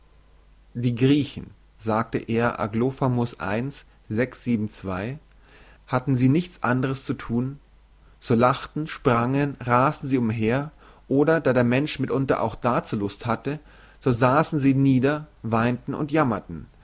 die griechen sagt er aglaophamus i hatten sie nichts anderes zu thun so lachten sprangen rasten sie umher oder da der mensch mitunter auch dazu lust hat so sassen sie nieder weinten und jammerten